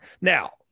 Now